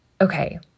okay